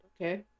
Okay